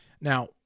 Now